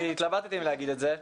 אני התלבטתי אם להגיד את זה.